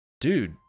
Dude